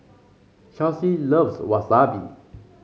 Chelsea loves Wasabi